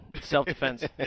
Self-defense